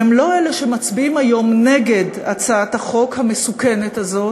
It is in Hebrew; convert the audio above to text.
הם לא אלה שמצביעים היום נגד הצעת החוק המסוכנת הזאת,